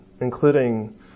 including